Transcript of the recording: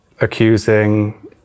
accusing